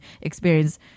experience